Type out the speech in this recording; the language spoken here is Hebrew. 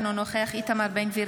אינו נוכח איתמר בן גביר,